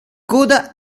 coda